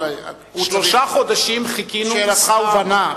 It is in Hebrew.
אבל שאלתך הובנה.